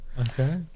Okay